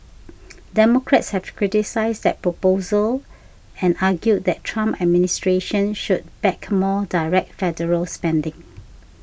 democrats have criticised that proposal and argued the Trump administration should back more direct federal spending